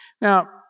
Now